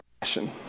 passion